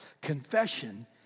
Confession